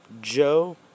Joe